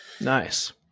Nice